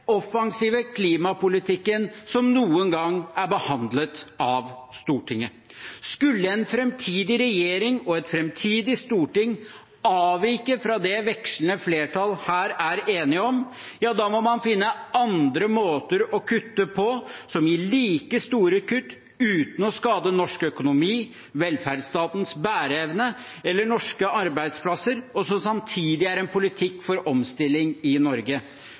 offensive klimapolitikken som noen gang er behandlet av Stortinget. Skulle en framtidig regjering og et framtidig storting avvike fra det vekslende flertall her er enige om, da må man finne andre måter å kutte på som gir like store kutt uten å skade norsk økonomi, velferdsstatens bæreevne eller norske arbeidsplasser, og som samtidig er en politikk for omstilling i Norge.